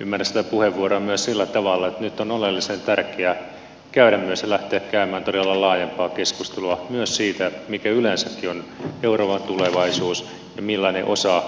ymmärsin sitä puheenvuoroa myös sillä tavalla että nyt on oleellisen tärkeää käydä ja lähteä käymään todella laajempaa keskustelua myös siitä mikä yleensäkin on euroopan tulevaisuus ja millainen osa